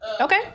okay